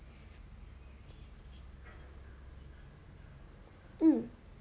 um